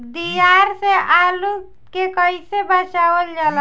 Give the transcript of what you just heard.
दियार से आलू के कइसे बचावल जाला?